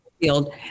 field